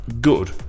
good